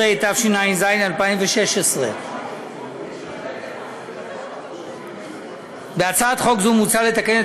התשע''ז 2016. בהצעת חוק זו מוצע לתקן את